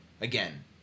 again